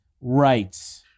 Right